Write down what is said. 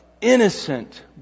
Innocent